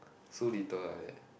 so little like that